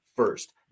first